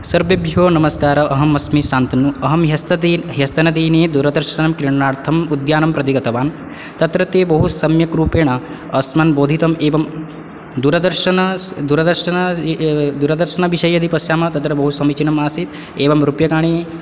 सर्वेभ्यो नमस्कारः अहमस्मि सान्तनु अहं ह्यस्तदि ह्यस्तनदिने दूरदर्शनं क्रयणार्थम् उद्यानं प्रति गतवान् तत्र ते बहु सम्यक् रूपेण अस्मान् बोधितम् एवं दूरदर्शन दूरदर्शन दूरदर्शनविषये यदि पश्यामः तत्र बहु समीचीनम् आसीत् एवं रूप्यकाणि